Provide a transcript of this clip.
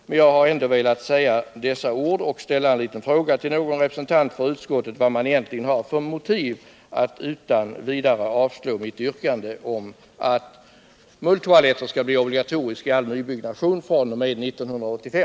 Med jag har ändå velat göra detta uttalande och vill också ställa en liten fråga till någon representant för utskottet: Varför har man utan vidare avstyrkt mitt yrkande att mulltoaletter skall bli obligatoriska vid all nybyggnation fr.o.m. 1985?